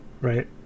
right